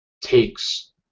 takes